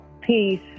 Peace